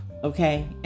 Okay